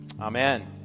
Amen